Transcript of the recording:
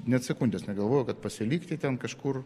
net sekundės negalvojau kad pasilikti ten kažkur